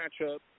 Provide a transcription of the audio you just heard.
matchup